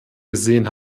gesehen